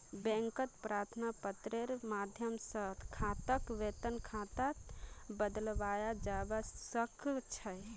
बैंकत प्रार्थना पत्रेर माध्यम स खाताक वेतन खातात बदलवाया जबा स ख छ